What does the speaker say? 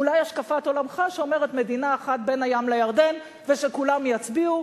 אולי השקפת עולמך שאומרת: מדינה אחת בין הים לירדן ושכולם יצביעו,